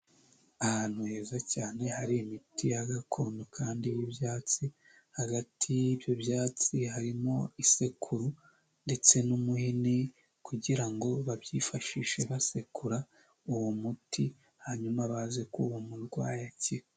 Ahantu heza cyane hari imiti ya gakondo kandi y'ibyatsi hagati y'ibyo byatsi harimo isekuru ndetse n'umuhini kugira ngo babyifashishe basekura uwo muti hanyuma baze kuwuha murwayi akire.